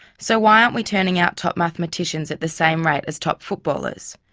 so why aren't we turning out top mathematicians at the same rate as top footballers?